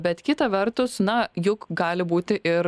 bet kita vertus na juk gali būti ir